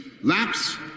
lapse